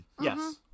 Yes